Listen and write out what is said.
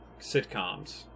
sitcoms